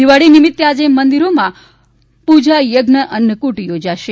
દિવાળી નિમિત્ત આજે મંદિરોમાં પૂજા પરી અન્નફૂટ યોજાશે